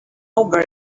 over